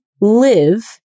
live